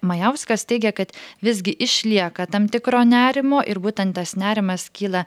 majauskas teigia kad visgi išlieka tam tikro nerimo ir būtent tas nerimas kyla